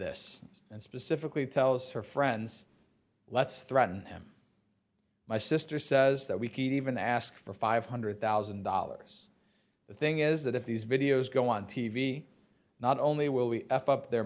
this and specifically tells her friends let's threaten him my sister says that we even ask for five hundred thousand dollars the thing is that if these videos go on t v not only will we